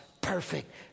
perfect